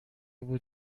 بود